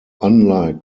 unlike